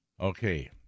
Okay